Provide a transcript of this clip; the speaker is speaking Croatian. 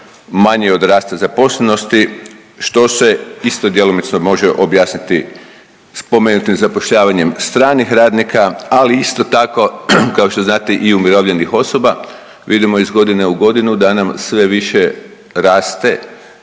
manji od rasta zaposlenosti, što se isto djelomično može objasniti spomenutim zapošljavanjem stranih radnika, ali isto tako, kao što znate i umirovljenih osoba. Vidimo iz godine u godinu da nam sve više raste